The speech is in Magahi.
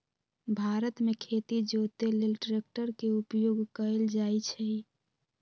भारत मे खेती जोते लेल ट्रैक्टर के उपयोग कएल जाइ छइ